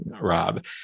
Rob